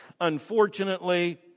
Unfortunately